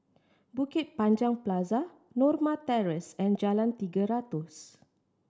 Bukit Panjang Plaza Norma Terrace and Jalan Tiga Ratus